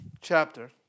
chapter